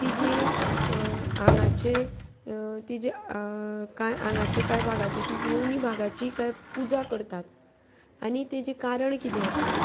तिजी आंगाचे तिजे कांय आंगाचे कांय भागाचे तिजी येवनी भागाची कांय पुजा करतात आनी तेजे कारण किदें आसा